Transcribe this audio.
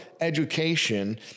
education